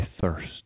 thirst